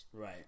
Right